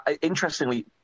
interestingly